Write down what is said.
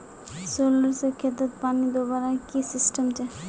Solar से खेतोत पानी दुबार की सिस्टम छे?